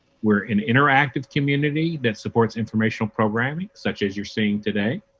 we are an interactive community that supports informational programming such as you are seeing today,